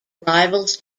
rivals